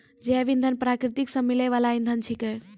जैव इंधन प्रकृति सॅ मिलै वाल इंधन छेकै